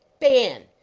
ban!